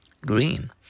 Green